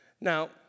Now